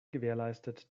gewährleistet